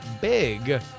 big